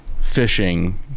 fishing